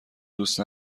دوست